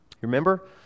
Remember